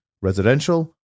residential